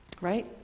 Right